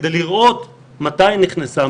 כדי לראות מתי היא נכנסה,